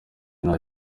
nta